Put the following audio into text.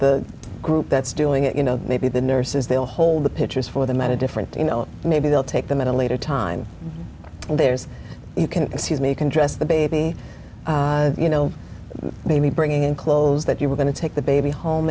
group that's doing it you know maybe the nurses they'll hold the pictures for them out of different you know maybe they'll take them at a later time and there's you can excuse me can dress the baby you know maybe bring in clothes that you were going to take the baby home